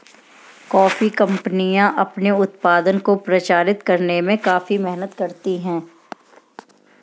coffee कंपनियां अपने उत्पाद को प्रचारित करने में काफी मेहनत करती हैं